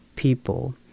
People